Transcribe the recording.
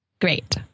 Great